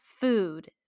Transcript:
food